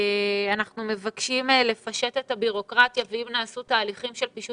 אנחנו מבקשים לפשט את הבירוקרטיה ואם נעשו תהליכים של פישוט